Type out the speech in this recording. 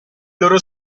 loro